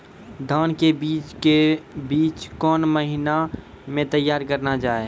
धान के बीज के बीच कौन महीना मैं तैयार करना जाए?